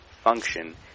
function